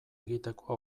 egiteko